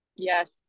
Yes